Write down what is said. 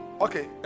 okay